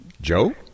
Joe